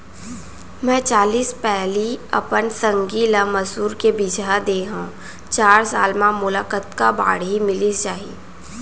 मैं चालीस पैली अपन संगी ल मसूर के बीजहा दे हव चार साल म मोला कतका बाड़ही मिलिस जाही?